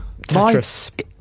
Tetris